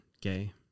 gay